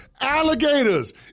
alligators